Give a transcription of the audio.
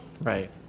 Right